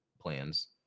plans